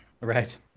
Right